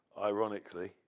ironically